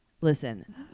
listen